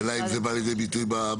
השאלה היא אם זה בא לידי ביטוי בחוק,